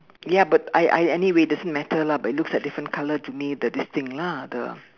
ya but I I anyway it doesn't matter lah but it looks like different color do need the this thing lah the